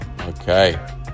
okay